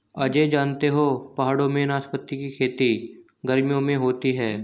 अजय जानते हो पहाड़ों में नाशपाती की खेती गर्मियों में होती है